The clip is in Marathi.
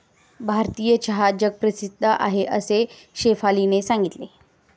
भारतीय चहा जगप्रसिद्ध आहे असे शेफालीने सांगितले